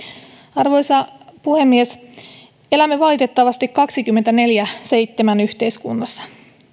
arvoisa puhemies elämme valitettavasti kaksikymmentäneljä kautta seitsemän yhteiskunnassa